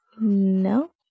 No